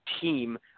team